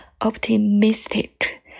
optimistic